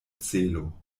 celo